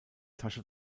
tasche